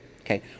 Okay